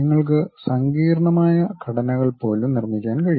നിങ്ങൾക്ക് സങ്കീർണ്ണമായ ഘടനകൾ പോലും നിർമ്മിക്കാൻ കഴിയും